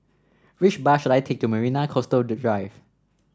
which bus should I take to Marina Coastal Drive